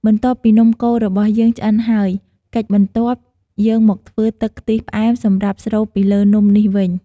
បន្ទាប់ពីនំកូររបស់យើងឆ្អិនហើយ កិច្ចបន្ទាប់ យើងមកធ្វើទឹកខ្ទិះផ្អែមសម្រាប់ស្រូបពីលើនំនេះវិញ។